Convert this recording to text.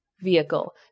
vehicle